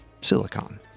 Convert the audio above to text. silicon